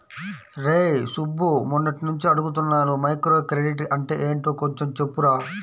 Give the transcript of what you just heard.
రేయ్ సుబ్బు, మొన్నట్నుంచి అడుగుతున్నాను మైక్రోక్రెడిట్ అంటే యెంటో కొంచెం చెప్పురా